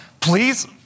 please